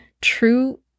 true